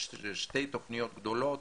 יש שתי תוכניות גדולות